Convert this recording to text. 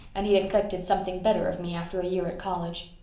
and he'd expected something better of me, after a year at college.